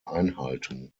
einhalten